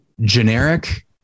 generic